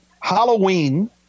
Halloween